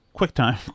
QuickTime